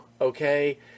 Okay